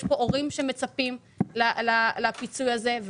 יש פה הורים שמצפים לפיצוי הזה,